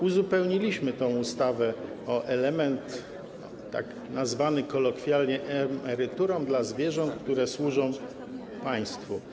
Uzupełniliśmy ustawę o element nazwany kolokwialnie emeryturą dla zwierząt, które służą państwu.